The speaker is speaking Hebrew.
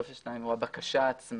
טופס 2 או הבקשה עצמה,